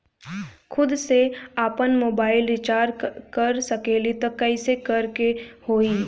खुद से आपनमोबाइल रीचार्ज कर सकिले त कइसे करे के होई?